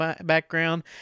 background